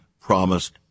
promised